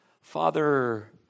Father